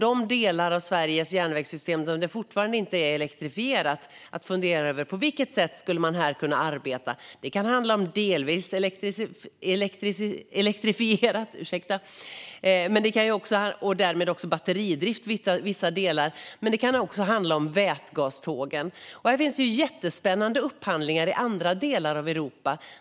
Delar av Sveriges järnvägssystem är fortfarande inte elektrifierat, och hur kan man arbeta där? Det kan handla om elektrifiering och batteridrift men också om vätgaståg. Det finns spännande upphandlingar i andra delar av Europa.